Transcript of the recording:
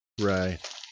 Right